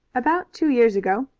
about two years ago.